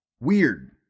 weird